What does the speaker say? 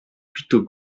plutôt